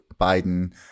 Biden